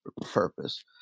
purpose